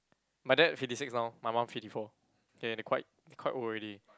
my dad is fifty six now my mum fifty four they they quite they quite old already